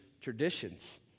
traditions